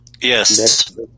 Yes